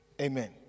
Amen